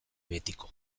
betiko